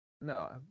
no